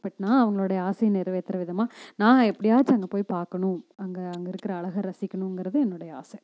but நான் அவங்களோடைய ஆசை நிறைவேற்றுற விதமாக நான் எப்படியாச்சும் அங்கே போய் பார்க்கணும் அங்கே அங்கே இருக்கிற அழகை ரசிக்கிணுங்கிறது என்னுடைய ஆசை